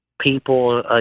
people